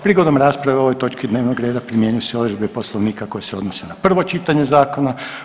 Prigodom rasprave o ovoj točki dnevnog reda primjenjuju se odredbe Poslovnika koje se odnose na prvo čitanje zakona.